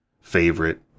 favorite